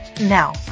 Now